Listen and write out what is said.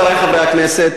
חברי חברי הכנסת,